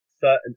certain